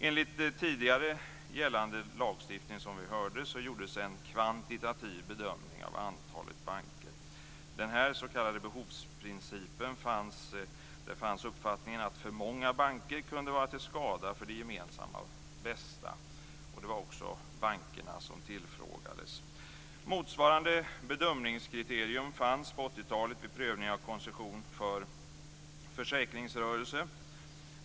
Enligt tidigare gällande lagstiftning gjordes, som vi hörde, en kvantitativ bedömning av antalet banker. Beträffande denna s.k. behovsprincip fanns uppfattningen att för många banker kunde vara till skada för det gemensammas bästa. Och det var också bankerna som tillfrågades. Motsvarande bedömningskriterier fanns på 80 talet vid prövning av koncession för försäkringsrörelse.